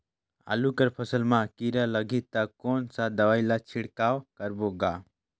आलू कर फसल मा कीरा लगही ता कौन सा दवाई ला छिड़काव करबो गा?